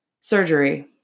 Surgery